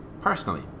personally